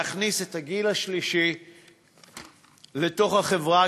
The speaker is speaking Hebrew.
להכניס את הגיל השלישי לתוך החברה,